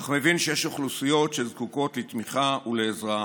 אך מבין שיש אוכלוסיות שזקוקות לתמיכה ולעזרה,